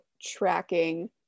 tracking